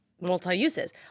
multi-uses